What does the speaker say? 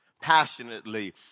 Passionately